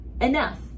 enough